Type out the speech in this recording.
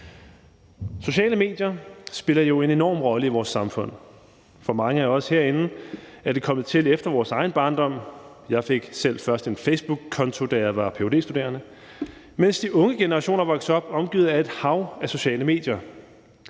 Sociale medier spiller jo en enorm rolle i vores samfund. For mange af os herinde er de kommet til efter vores egen barndom – jeg fik selv først en facebookkonto, da jeg var ph.d.-studerende – mens de unge generationer er vokset op omgivet af et hav af sociale medier,